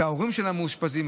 את ההורים של המאושפזים,